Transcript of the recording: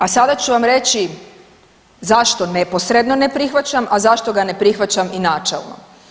A sada ću vam reći zašto neposredno ne prihvaćam, a zašto ga ne prihvaćam i načelno.